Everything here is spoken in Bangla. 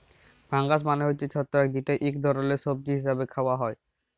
ফাঙ্গাস মালে হছে ছত্রাক যেট ইক ধরলের সবজি হিসাবে খাউয়া হ্যয়